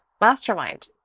mastermind